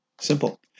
Simple